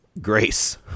grace